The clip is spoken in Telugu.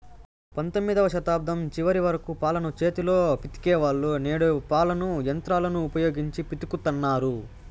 పంతొమ్మిదవ శతాబ్దం చివరి వరకు పాలను చేతితో పితికే వాళ్ళు, నేడు పాలను యంత్రాలను ఉపయోగించి పితుకుతన్నారు